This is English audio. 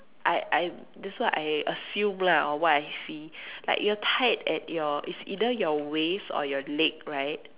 I I that's what I assume lah or what I see like you're tied at your it's either your waist or your leg right